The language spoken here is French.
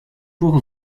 pour